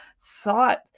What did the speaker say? thought